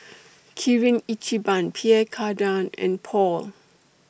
Kirin Ichiban Pierre Cardin and Paul